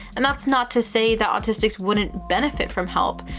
and that's not to say that autistics wouldn't benefit from help.